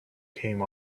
came